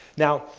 now,